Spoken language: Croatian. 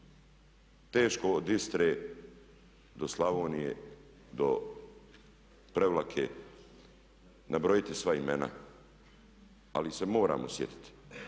Teško od Istre do Slavonije do Prevlake nabrojiti sva imena ali ih se moramo sjetiti.